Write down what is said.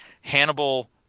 Hannibal